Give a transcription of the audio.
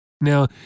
Now